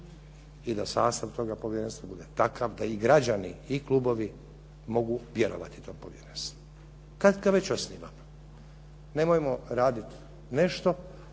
i da sastav toga povjerenstva bude takav da i građani i klubovi mogu vjerovati tom povjerenstvu. Kad ga već osnivamo. Nemojmo raditi nešto